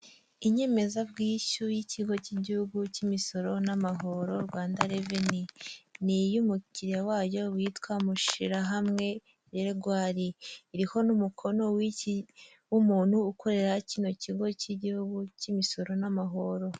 Inyemezabwishyu y'ikigo cy'igihugu cy'imisoro n'amahoro, Rwanda Reveni. Ni iy'umukiriya wayo witwa Mushirahamwe Gregoire. Iriho n'umukono w'umuntu ukorera kino kigo cy'igihugu cy'imisoro n'amahoro.